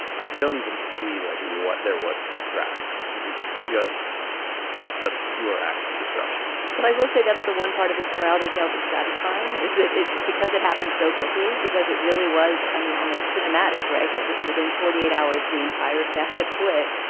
i don't even see like what there was to extract this is just a pure act of destruction that i will say that's the one part of this morality tale that satisfying is that because it happened so quickly because it really was i mean almost cinematic. right. that within within forty eight hours the entire staff had quit.